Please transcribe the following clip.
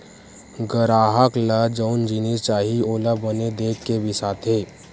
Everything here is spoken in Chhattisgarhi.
गराहक ल जउन जिनिस चाही ओला बने देख के बिसाथे